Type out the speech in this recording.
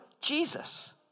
Jesus